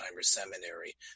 Seminary